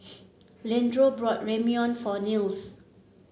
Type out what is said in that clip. Leandro bought Ramyeon for Nils